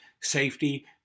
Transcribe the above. safety